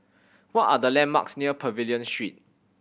what are the landmarks near Pavilion Street